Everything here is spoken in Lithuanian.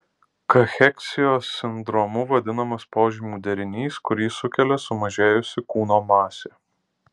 kacheksijos sindromu vadinamas požymių derinys kurį sukelia sumažėjusi kūno masė